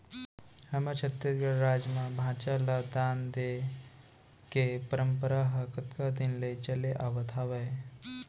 हमर छत्तीसगढ़ राज म भांचा ल दान देय के परपंरा ह कतका दिन के चले आवत हावय